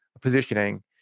positioning